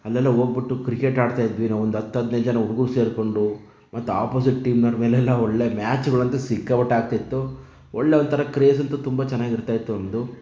ಅಲ್ಲೆಲ್ಲ ಹೋಗಿಬಿಟ್ಟು ಕ್ರಿಕೆಟ್ ಆಡ್ತಾ ಇದ್ವಿ ನಾವೊಂದು ಹತ್ತು ಹದಿನೈದು ಜನ ಹುಡುಗರು ಸೇರಿಕೊಂಡು ಮತ್ತು ಅಪೋಸಿಟ್ ಟೀಮ್ನವರ ಮೇಲೆಲ್ಲ ಒಳ್ಳೆಯ ಮ್ಯಾಚ್ಗಳಂತೂ ಸಿಕ್ಕಾಪಟ್ಟೆ ಆಗ್ತಿತ್ತು ಒಳ್ಳೆಯ ಒಂಥರ ಕ್ರೇಜ್ ಅಂತೂ ತುಂಬ ಚೆನ್ನಾಗಿ ಇರ್ತಾ ಇತ್ತು ಒಂದು